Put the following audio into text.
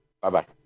Bye-bye